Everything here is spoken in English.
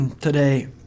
today